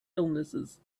illnesses